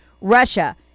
Russia